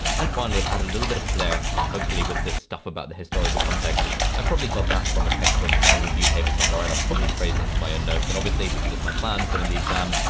and finally i've added a little bit of flair. hopefully with this stuff about the historical context i probably got that from a textbook or from a review paper somewhere and i've probably phrased into my own notes and obviously this is just my plan. so in the exam,